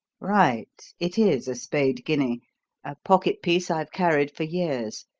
right it is a spade guinea a pocket piece i've carried for years.